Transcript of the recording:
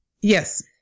Yes